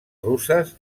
russes